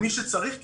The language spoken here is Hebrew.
למי שצריך,